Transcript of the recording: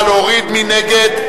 מי נגד?